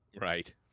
Right